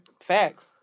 Facts